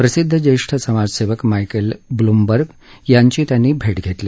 प्रसिद्ध ज्येष्ठ समाजसेवक माइकेल ब्लूमबर्ग यांची त्यांनी भेट घेतली